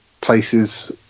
places